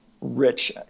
rich